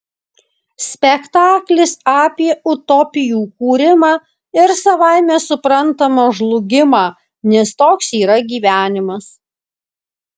spektaklis apie utopijų kūrimą ir savaime suprantama žlugimą nes toks yra gyvenimas